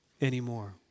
anymore